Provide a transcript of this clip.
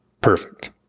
Perfect